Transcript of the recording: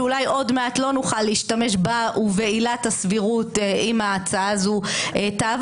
שאולי עוד מעט לא נוכל להשתמש בה ובעילת הסבירות אם ההצעה הזו תעבור,